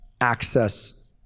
access